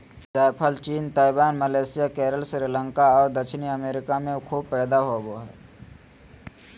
जायफल चीन, Taiwan, Malaysia, Kerala, Sri Lanka और दक्षिणी अमेरिका में खूब पैदा होबो हइ